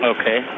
Okay